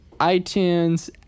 iTunes